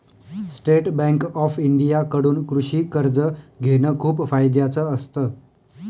state bank of India कडून कृषि कर्ज घेण खूप फायद्याच असत